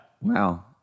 Wow